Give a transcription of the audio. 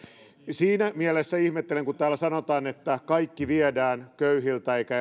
siinä mielessä ihmettelen kun täällä sanotaan että kaikki viedään köyhiltä eikä